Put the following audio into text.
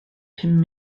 pum